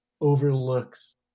overlooks